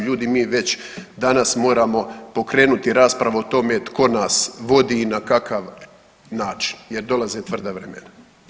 Ljudi mi već danas moramo pokrenuti raspravu od tome tko nas vodi i na kakav način jer dolaze tvrda vremena.